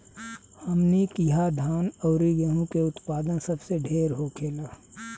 हमनी किहा धान अउरी गेंहू के उत्पदान सबसे ढेर होखेला